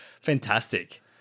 Fantastic